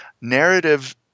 narrative